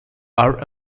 are